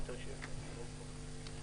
יישר כוח.